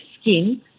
skin